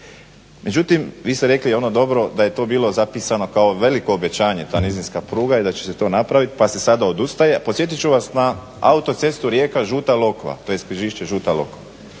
Međutim, vi ste rekli i ono dobro da je to bilo zapisano kao veliko obećanje ta nizinska pruga i da će se to napraviti pa se sada odustaje, a podsjetit ću vas na autocestu Rijeka-Žuta Lokva tj. Križišće-Žuta Lokva.